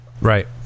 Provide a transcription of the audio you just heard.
right